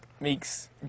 makes